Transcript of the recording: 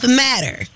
matter